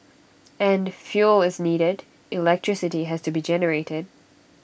and fuel is needed electricity has to be generated